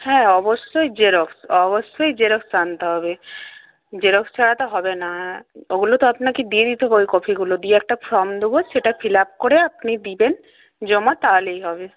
হ্যাঁ অবশ্যই জেরক্স অবশ্যই জেরক্সটা আনতে হবে জেরক্স ছাড়া তো হবে না ওগুলো তো আপনাকে দিয়ে দিতে ওই কপিগুলো দিয়ে একটা ফর্ম দেবো সেটা ফিল আপ করে আপনি দেবেন জমা তাহলেই হবে